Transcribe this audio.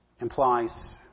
implies